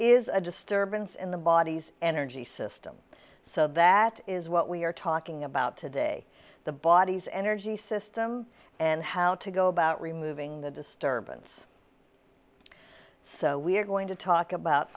is a disturbance in the body's energy system so that is what we are talking about today the body's energy system and how to go about removing the disturbance so we are going to talk about